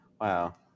Wow